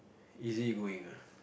easy-going ah